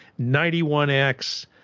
91X